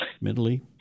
mentally